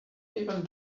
even